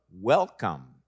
welcome